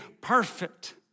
perfect